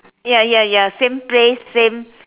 ya ya ya same place same